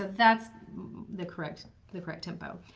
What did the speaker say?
that's the correct the correct tempo.